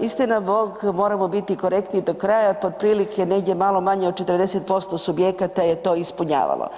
istinabog moramo biti korektni do kraja pa otprilike negdje malo manje od 40% subjekata je to ispunjavalo.